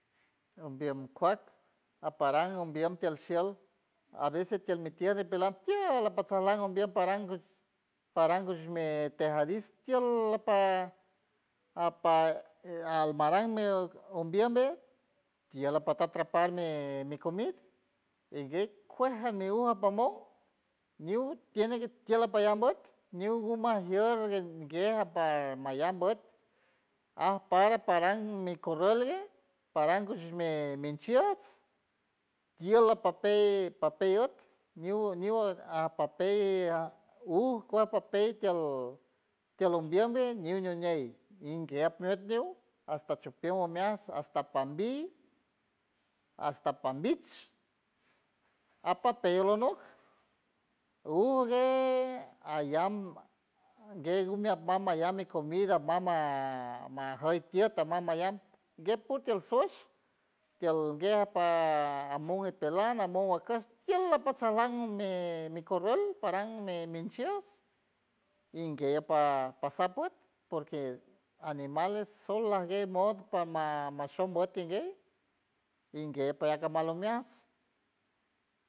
Ombiem kuak aparam ombiem tiel shiel a veces tiel mi tiet ñipelan tiel apatsalan ombiem paran paran gush mi tejadis tiel apa- apa almaran mi ombiem be tiel apatatrapar mi- mi comid ijguey kuej jan mi uj apamon ñiw tiene que tiel apallam but niw gumajier gue apar mallam but aj para paran mi korrul gue paran kuchuj mi- mi minchiejts tiel apapey papey ut ñiw- ñiw apapey uj kuaj papey tiel tiel ombiem be ñiw ñuñey inguiep muet niw hasta chupien umiats hasta pambi hasta pambich apapey olonok uj gue allam gue gumi atmam allam gumi comid atmama majüy tiet atmam mayam gue püt tiel shosh tiel gue amon ipelan amon wakush tiel apatsalan mi- mi korrul param mi inchiejts inguey apa pasap pue porque animal es sol ajguey mod pama mashom boti gue inguey palak umeajts.